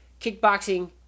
kickboxing